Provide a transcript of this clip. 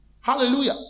Hallelujah